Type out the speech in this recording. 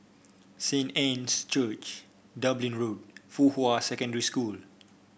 Saint Anne's Church Dublin Road Fuhua Secondary School